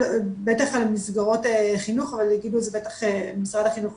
בטח על מסגרות חינוך אבל יגידו את זה ממשרד החינוך,